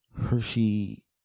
Hershey